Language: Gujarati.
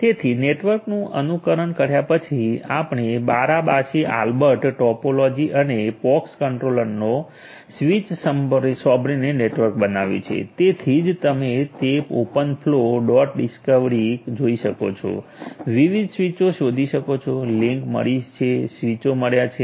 તેથી નેટવર્કનું અનુકરણ કર્યા પછી આપણે બારાબાસી આલ્બર્ટ ટોપોલોજી અને પોક્સ કંટ્રોલરનો સ્વીચ સાંભળીને નેટવર્ક બનાવ્યું છે તેથી જ તમે તે ઓપન ફલૉ ડોટ ડિસકવેરી જોઈ શકો છો વિવિધ સ્વીચો શોધી શકો છો લિંક મળી છે સ્વીચો મળ્યા છે